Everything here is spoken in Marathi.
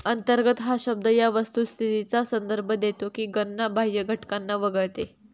अंतर्गत हा शब्द या वस्तुस्थितीचा संदर्भ देतो की गणना बाह्य घटकांना वगळते